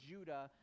Judah